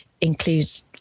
includes